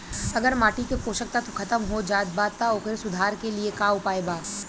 अगर माटी के पोषक तत्व खत्म हो जात बा त ओकरे सुधार के लिए का उपाय बा?